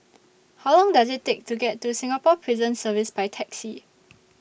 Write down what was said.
How Long Does IT Take to get to Singapore Prison Service By Taxi